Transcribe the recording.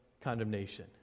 condemnation